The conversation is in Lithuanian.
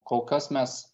kol kas mes